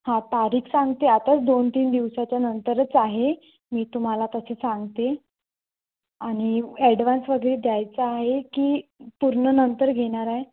हा तारीख सांगते आताच दोन तीन दिवसाच्या नंतरच आहे मी तुम्हाला तसं सांगते आणि ॲडवान्स वगैरे द्यायचा आहे की पूर्ण नंतर घेणार आहे